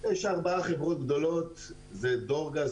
יש ארבע חברות גדולות דורגז,